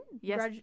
Yes